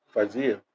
fazia